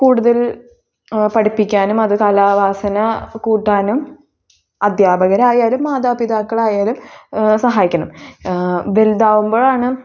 കൂടുതൽ പഠിപ്പിക്കാനും അത് കലാവാസന കൂട്ടാനും അധ്യാപകരായാലും മാതാപിതാക്കൾ ആയാലും സഹായിക്കണം വലുതാകുമ്പോഴാണ്